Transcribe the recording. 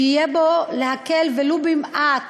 שיהיה בו להקל, ולו במעט,